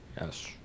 Yes